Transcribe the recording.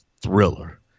thriller